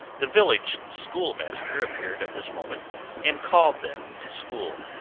the village schoolmaster appeared at this moment and called them to school.